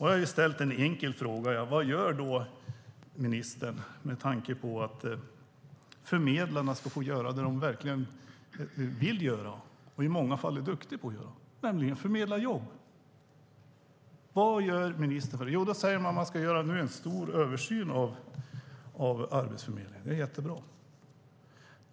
Jag har ställt en enkel fråga: Vad gör ministern så att förmedlarna ska få göra det de verkligen vill göra och i många fall är duktiga på att göra, nämligen att förmedla jobb? Vad gör ministern? Man säger att man ska göra en stor översyn av Arbetsförmedlingen, och det är jättebra.